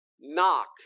knock